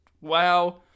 wow